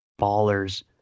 Ballers